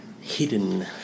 hidden